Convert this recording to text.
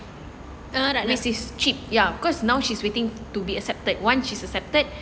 ya now she's waiting to be accepted once she's accepted